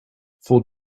for